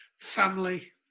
family